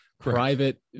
private